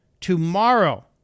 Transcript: tomorrow